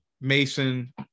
Mason